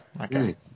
okay